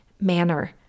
manner